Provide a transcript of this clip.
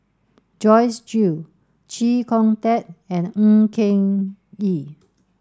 Joyce Jue Chee Kong Tet and Ng Eng Kee